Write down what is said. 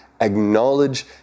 acknowledge